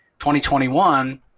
2021 –